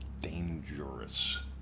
dangerous